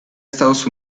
estados